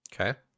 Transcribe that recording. Okay